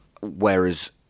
Whereas